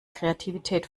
kreativität